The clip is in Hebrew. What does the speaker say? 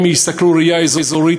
הם יסתכלו בראייה אזורית,